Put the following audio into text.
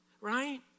Right